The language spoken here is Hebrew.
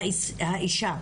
האישה,